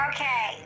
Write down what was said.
Okay